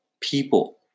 people